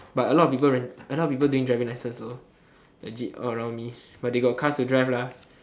but a lot of people rent a lot of people doing driving lessons also legit all around me but they got cars to drive lah